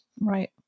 Right